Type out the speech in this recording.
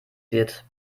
wird